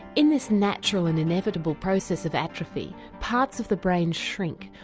in this natural and inevitable process of atrophy, parts of the brain shrink,